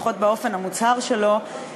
לפחות באופן המוצהר שלו,